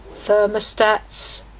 Thermostats